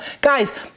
guys